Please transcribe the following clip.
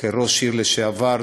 כראש עיר לשעבר,